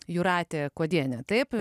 jūratė kuodienė taip